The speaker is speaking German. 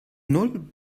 null